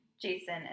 Jason